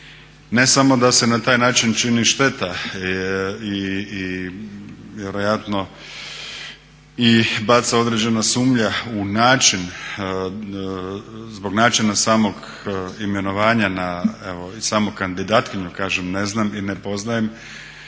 Ne samo da se na taj način čini šteta i vjerojatno i baca određena sumnja u način, zbog načina samog imenovanja na evo i samu kandidatkinju, kažem ne znam i ne poznajem